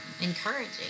encouraging